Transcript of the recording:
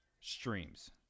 streams